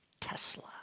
Tesla